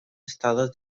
estados